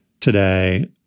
today